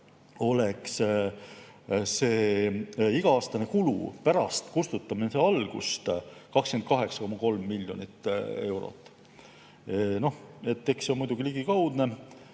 hindades – iga-aastane kulu pärast kustutamise algust 28,3 miljonit eurot. Eks see on muidugi ligikaudne,